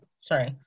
sorry